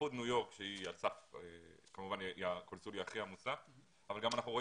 במיוחד בניו יורק שהיא כמובן הקונסוליה העמוסה ביותר אבל אנחנו גם רואים